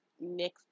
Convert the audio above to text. next